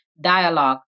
Dialogue